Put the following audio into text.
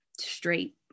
straight